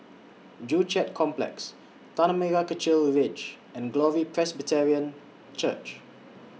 Joo Chiat Complex Tanah Merah Kechil Ridge and Glory Presbyterian Church